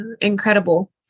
incredible